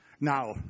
Now